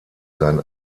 sein